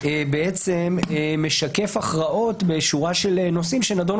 בעצם משקף הכרעות בשורה של נושאים שנדונו